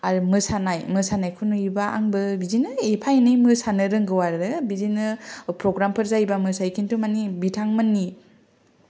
आरो मोसानाय मोसानायखौ नुयोबा आंबो बिदिनो एफा एनै मोसानो रोंगौ आरो बिदिनो फ्रग्रामफोर जायोबा मोसायो खिन्थु मानि बिथांमोननि